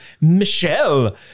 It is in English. Michelle